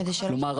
כלומר,